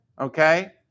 Okay